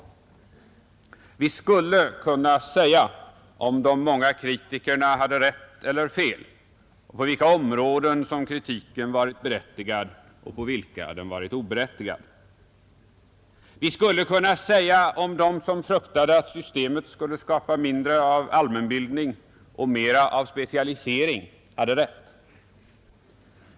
Vi skulle kunna säga om de många kritikerna hade rätt eller fel och på vilka områden som kritiken varit berättigad och på vilka den varit oberättigad. Vi skulle kunna säga om de som fruktade att systemet skulle skapa mindre av allmänbildning och mera av specialisering hade rätt.